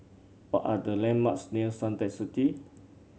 what are the landmarks near Suntec City